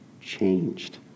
changed